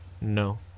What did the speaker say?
No